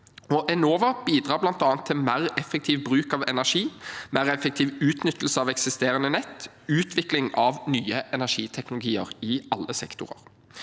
Enova bidrar bl.a. til mer effektiv bruk av energi, mer effektiv utnyttelse av eksisterende nett og utvikling av nye energiteknologier i alle sektorer.